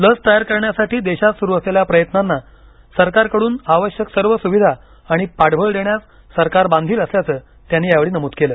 लस तयार करण्यासाठी देशात सुरू असलेल्या प्रयत्नांना सरकारकडून आवश्यक सर्व सुविधा आणि पाठबळ देण्यास सरकार बांधील असल्याचं त्यांनी यावेळी नमूद केलं